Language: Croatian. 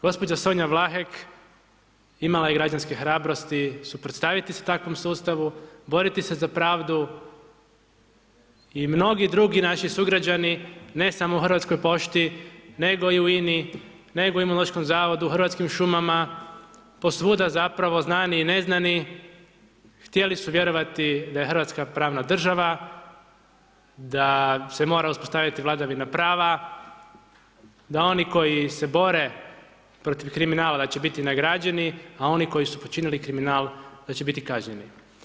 Gđa. Sonja Vlahek imala je građanske hrabrosti suprotstaviti se takvom sustavu, boriti se za pravdu i mnogi drugi naši sugrađani, ne samo u Hrvatskoj pošti, nego i u INA-i, nego Imunološkom zavodu, Hrvatskim šumama, posvuda zapravo, znani i neznani, htjeli su vjerovati da je RH pravna država, da se mora uspostaviti vladavina prava, da oni koji se bore protiv kriminala da će biti nagrađeni, a oni koji su počinili kriminal da će biti kažnjeni.